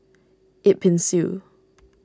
Yip Pin Xiu